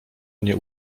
mnie